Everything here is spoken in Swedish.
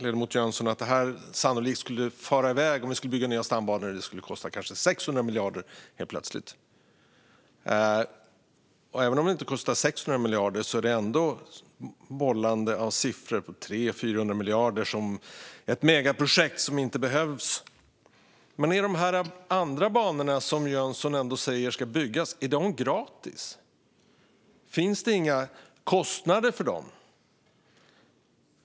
Ledamoten Jönsson sa att det sannolikt skulle fara iväg och helt plötsligt kosta kanske 600 miljarder om man skulle bygga nya stambanor. Även om det inte kostar 600 miljarder är det ändå ett bollande av siffror - 300-400 miljarder - och prat om ett megaprojekt som inte behövs. Men de andra banorna som Jönsson ändå säger ska byggas - är de gratis? Finns det inga kostnader för dem?